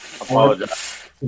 Apologize